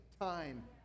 time